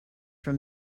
from